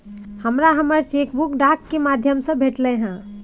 हमरा हमर cheque book डाक के माध्यम से भेटलय हन